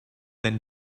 than